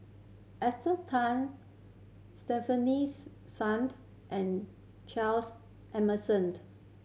Esther Tan Stefanies Suned and Charles Emmersoned